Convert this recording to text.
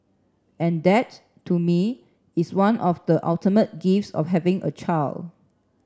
and that to me is one of the ultimate gifts of having a child